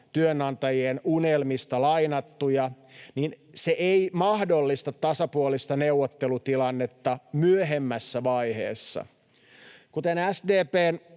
työnantajien unelmista lainattuja, niin se ei mahdollista tasapuolista neuvottelutilannetta myöhemmässä vaiheessa. Kuten SDP:n